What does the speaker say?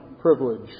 privilege